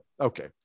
Okay